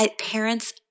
parents